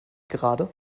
gerade